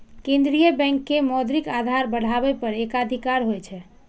केंद्रीय बैंक के मौद्रिक आधार बढ़ाबै पर एकाधिकार होइ छै